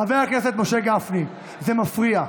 חבר הכנסת משה גפני, זה מפריע.